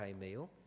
meal